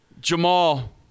Jamal